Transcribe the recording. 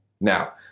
Now